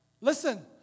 Listen